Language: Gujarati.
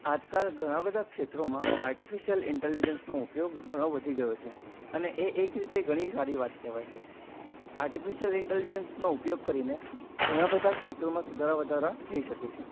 આજકાલ ઘણા બધા ક્ષેત્રોમાં આર્ટિફિશ્યલ ઇન્ટેલિજન્સનો ઉપયોગ ઘણો વધી ગયો છે અને એ એક રીતે ઘણી સારી વાત કહેવાય છે આર્ટિફિશ્યલ ઇન્ટેલિજન્સનો ઉપયોગ કરીને ઘણા બધાં ક્ષેત્રોમાં સુધારા વધારા થઈ શકે છે